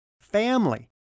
family